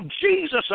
Jesus